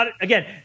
again